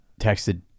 texted